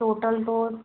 total तो